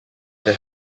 that